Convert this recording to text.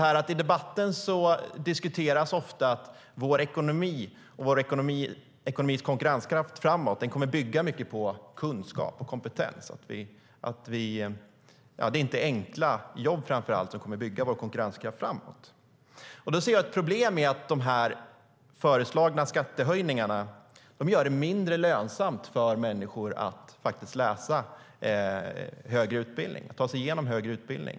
I debatten diskuteras ofta att vår ekonomi och dess konkurrenskraft framåt kommer att bygga mycket på kunskap och kompetens. Det är inte enkla jobb som framför allt kommer att bygga vår konkurrenskraft framåt. Jag ser ett problem i att de föreslagna skattehöjningarna gör det mindre lönsamt för människor att läsa och ta sig igenom högre utbildning.